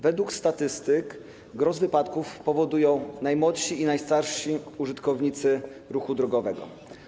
Według statystyk gros wypadków powodują najmłodsi i najstarsi użytkownicy ruchu drogowego.